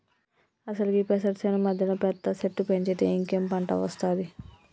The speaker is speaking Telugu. అసలు గీ పెసరు సేను మధ్యన పెద్ద సెట్టు పెంచితే ఇంకేం పంట ఒస్తాది